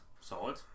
Solid